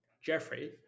Jeffrey